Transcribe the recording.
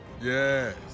Yes